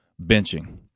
benching